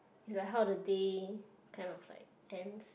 it's like how the day kind of like ends